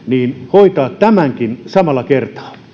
hoitaa tämänkin samalla kertaa